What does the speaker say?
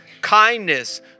kindness